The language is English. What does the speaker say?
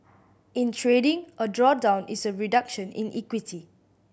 in trading a drawdown is a reduction in equity